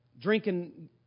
Drinking